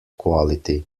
quality